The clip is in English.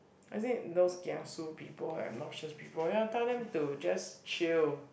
I think those kiasu people obnoxious people ya tell them to just chill